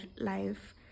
life